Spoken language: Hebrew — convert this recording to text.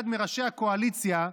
אחד מראשי הקואליציה,